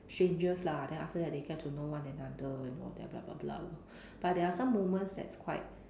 strangers lah then after that they get to know one another and all that lor but there are some moments that's quite